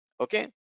okay